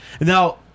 Now